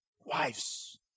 wives